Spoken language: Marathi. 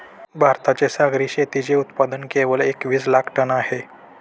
भारताचे सागरी शेतीचे उत्पादन केवळ एकवीस लाख टन आहे